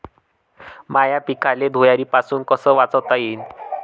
माह्या पिकाले धुयारीपासुन कस वाचवता येईन?